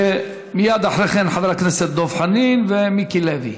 ומייד אחרי כן, חבר הכנסת דב חנין ומיקי לוי,